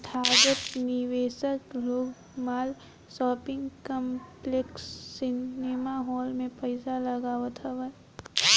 संथागत निवेशक लोग माल, शॉपिंग कॉम्प्लेक्स, सिनेमाहाल में पईसा लगावत हवन